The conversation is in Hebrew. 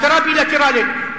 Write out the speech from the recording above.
הכרה בילטרלית.